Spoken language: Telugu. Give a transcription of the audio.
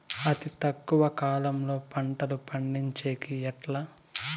అతి తక్కువ కాలంలో పంటలు పండించేకి ఎట్లా?